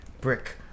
Brick